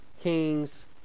Kings